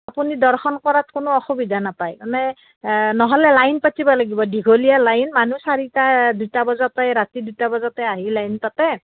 আপুনি দৰ্শন কৰাত কোনো অসুবিধা নাপায় মানে নহ'লে লাইন পাতিব লাগিব দীঘলীয়া লাইন মানুহ চাৰিটা দুটা বজাতে ৰাতি দুটা বজাতে আহি লাইন পাতে